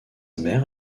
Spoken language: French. mère